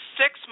six